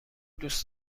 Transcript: دوست